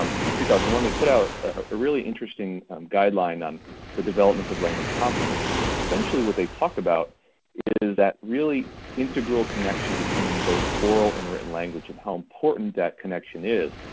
um from two thousand and one. they put out a really interesting guideline on the development of language competency. and essentially what they talk about is that really integral connection between both oral and written language and how important that connection is.